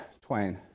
Twain